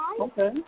Okay